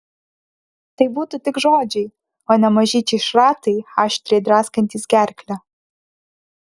tai būtų tik žodžiai o ne mažyčiai šratai aštriai draskantys gerklę